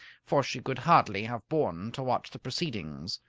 for she could hardly have borne to watch the proceedings.